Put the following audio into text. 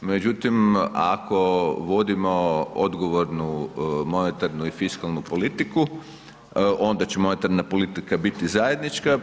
Međutim, ako vodimo odgovornu monetarnu i fiskalnu politiku, onda će monetarna politika biti zajednička.